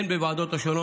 הן בוועדות השונות,